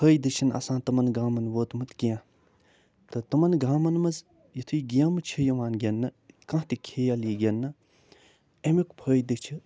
فٲیِدٕ چھِنہٕ آسان تِمَن گامَن ووتمُت کیٚنہہ تہٕ تِمَن گامَن منٛز یُتھٕے گیمہٕ چھِ یِوان گِنٛدنہٕ کانٛہہ تہِ کھیل یِی گِنٛدنہٕ امیُک فٲیِدٕ چھِ